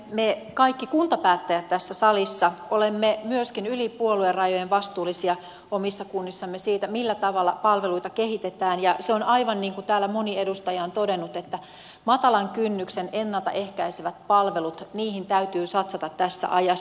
me kaikki kuntapäättäjät tässä salissa olemme myöskin yli puoluerajojen vastuullisia omissa kunnissamme siitä millä tavalla palveluita kehitetään ja se on aivan niin kuin täällä moni edustaja on todennut että matalan kynnyksen ennalta ehkäiseviin palveluihin täytyy satsata tässä ajassa